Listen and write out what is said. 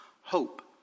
hope